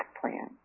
plan